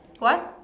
what